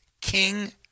King